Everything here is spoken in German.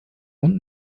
und